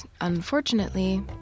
unfortunately